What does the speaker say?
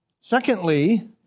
Secondly